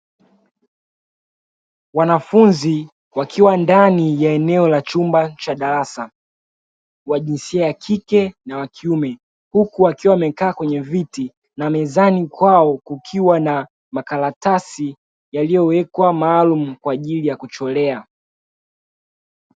Wanafunzi wakiwa ndani ya eneo la chumba cha darasa wa jinsia ya kike na ya kiume, huku wakiwa wamekaa kwenye viti na mezani kwao kukiwa na makaratasi yaliyowekwa maalumu kwa ajili ya kuchorea.